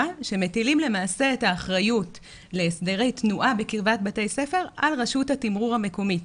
שמטילים את האחריות להסדרי תנועה בקרבת בתי ספר על רשות התמרור המקומית,